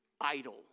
idle